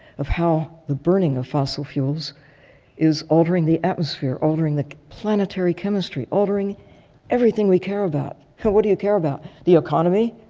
of how the burning of fossil fuels is altering the atmosphere, altering the planetary chemistry, altering everything we care about. what do you care about, the economy?